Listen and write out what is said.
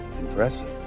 impressive